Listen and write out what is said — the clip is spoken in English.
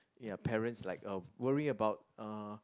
ya parents like uh worry about uh